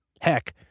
Heck